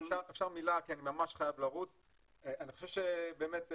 אני חושב שבאמת,